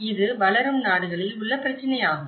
இது வளரும் நாடுகளில் உள்ள பிரச்சினை ஆகும்